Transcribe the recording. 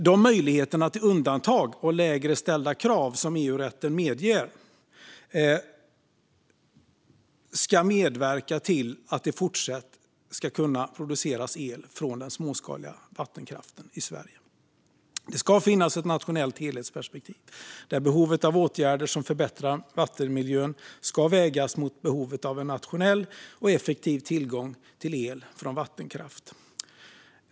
De möjligheter till undantag och lägre ställda krav som EU-rätten medger ska medverka till att det fortsatt ska kunna produceras el från den småskaliga vattenkraften i Sverige. Det ska finnas ett nationellt helhetsperspektiv, där behovet av åtgärder som förbättrar vattenmiljön ska vägas mot behovet av en nationell, effektiv tillgång till el från vattenkraft.